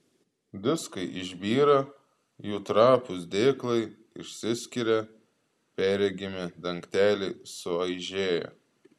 diskai išbyra jų trapūs dėklai išsiskiria perregimi dangteliai sueižėja